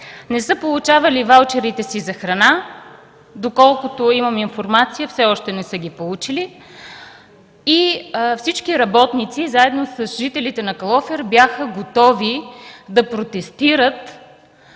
Не са получавали и ваучерите си за храна, доколкото имам информация, все още не са ги получили, и всички работници, заедно с жителите на Калофер, бяха готови да протестират